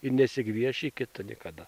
ir nesigvieš į kitą niekada